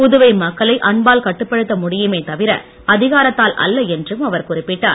புதுவை மக்களை அன்பால் கட்டுப்படுத்த முடியுமே தவிர அதிகாரத்தால் அல்ல என்றும் அவர் குறிப்பிட்டார்